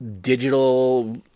digital